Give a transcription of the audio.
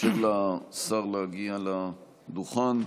נאפשר לשר להגיע לדוכן.